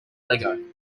lego